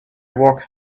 walk